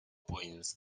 points